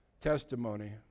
testimony